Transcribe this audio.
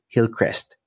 Hillcrest